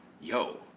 yo